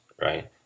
right